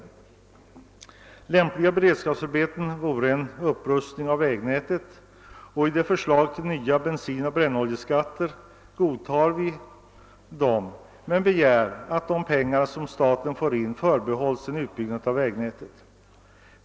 Ett lämpligt beredskapsarbete vore en upprustning av vägnätet. Vi godtar förslaget om nya bensinoch brännoljeskatter men begär att de pengar som staten får in förbehålls en utbyggnad av vägnätet.